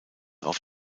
auf